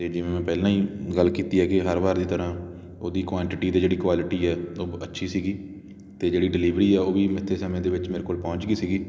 ਅਤੇ ਜਿਵੇਂ ਮੈਂ ਪਹਿਲਾਂ ਹੀ ਗੱਲ ਕੀਤੀ ਹੈਗੀ ਆ ਹਰ ਵਾਰ ਦੀ ਤਰ੍ਹਾਂ ਉਹਦੀ ਕੁਆਂਟਿਟੀ ਅਤੇ ਜਿਹੜੀ ਕੁਆਲਿਟੀ ਹੈ ਉਹ ਅੱਛੀ ਸੀਗੀ ਅਤੇ ਜਿਹੜੀ ਡਿਲੀਵਰੀ ਹੈ ਉਹ ਵੀ ਮਿੱਥੇ ਸਮੇਂ ਦੇ ਵਿੱਚ ਮੇਰੇ ਕੋਲ ਪਹੁੰਚ ਗਈ ਸੀਗੀ